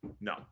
No